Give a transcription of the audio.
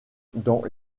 dans